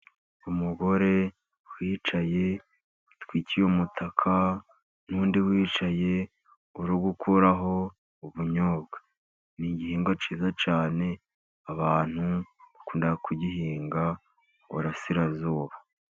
Umugore wicaye witwikiye umutaka, n'undi wicaye uri gukuraho ubunyobwa. Ni igihingwa cyiza cyane abantu bakunda kugihinga i burasirazuba.